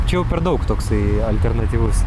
čia jau per daug toksai alternatyvus